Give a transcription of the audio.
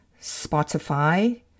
Spotify